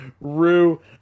Rue